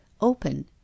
open